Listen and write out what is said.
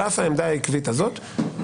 על אף העמדה העקבית הזאת,